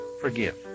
forgive